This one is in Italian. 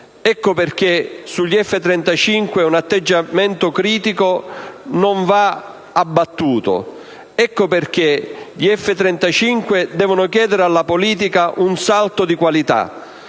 Ecco perché un atteggiamento critico sugli F-35 non va «abbattuto»; ecco perché gli F-35 devono chiedere alla politica un salto di qualità: